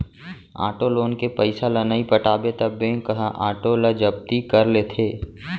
auto loan के पइसा ल नइ पटाबे त बेंक ह आटो ल जब्ती कर लेथे